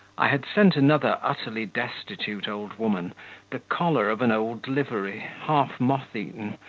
i had sent another utterly destitute old woman the collar of an old livery, half moth-eaten,